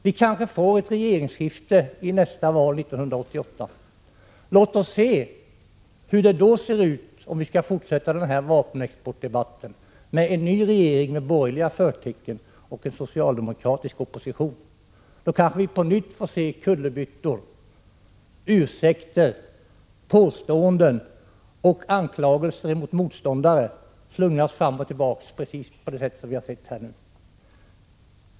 Det kanske blir ett regeringsskifte i nästa val 1988 — låt oss se hur det då ser ut, om vi skall fortsätta vapenexportdebatten med en ny regering med borgerliga förtecken och en socialdemokratisk opposition. Då kanske vi på nytt får uppleva hur kullerbyttor, ursäkter, påståenden och anklagelser mot motståndare slungas fram och tillbaka, precis på det sätt som har skett i dag.